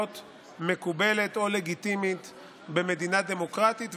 מקובלת או לגיטימית במדינה דמוקרטית,